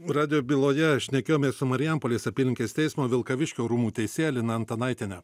radijo byloje šnekėjomės su marijampolės apylinkės teismo vilkaviškio rūmų teisėja lina antanaitiene